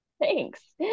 Thanks